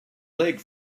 leg